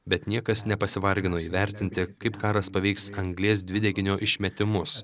bet niekas nepasivargino įvertinti kaip karas paveiks anglies dvideginio išmetimus